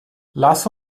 lass